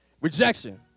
rejection